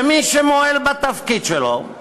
שמי שמועל בתפקיד שלו,